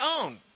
own